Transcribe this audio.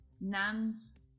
nans